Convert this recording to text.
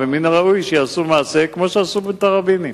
ומן הראוי שיעשו מעשה כמו שעשו עם התראבינים.